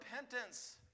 repentance